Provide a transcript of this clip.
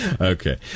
Okay